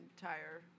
entire